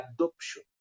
adoption